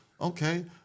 Okay